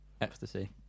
Ecstasy